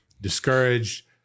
discouraged